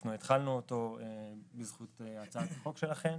אנחנו התחלנו את הדיון בעקבות הצעת החוק שלכם,